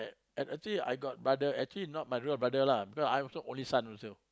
and actually I got brother actually not my real brother lah because I'm also only son also